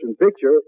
picture